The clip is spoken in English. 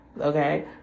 Okay